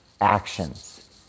actions